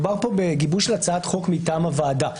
מדובר פה בגיבוש של הצעת חוק מטעם הוועדה.